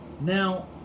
now